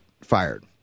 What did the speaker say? fired